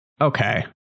Okay